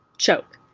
choke.